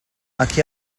aquí